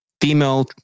Female